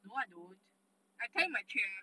no I don't I tell you my trick ah